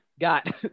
got